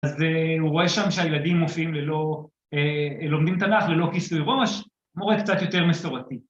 ‫אז הוא רואה שם שהילדים מופיעים, ללא..., ‫לומדים תנ״ך ללא כיסוי ראש, ‫הוא רואה קצת יותר מסורתי.